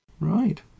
Right